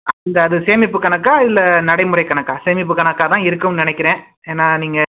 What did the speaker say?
அந்த அது சேமிப்பு கணக்கா இல்லை நடைமுறை கணக்கா சேமிப்பு கணக்காக தான் இருக்கும்னு நினைக்கிறேன் ஏன்னால் நீங்கள்